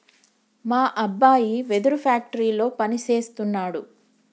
మా అబ్బాయి వెదురు ఫ్యాక్టరీలో పని సేస్తున్నాడు